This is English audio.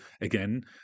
again